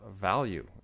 value